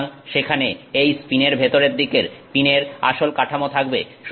সুতরাং সেখানে এই স্পিনের ভেতরের দিকে পিনের আসল কাঠামো থাকবে